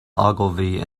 ogilvy